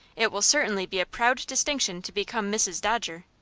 it will certainly be a proud distinction to become mrs. dodger.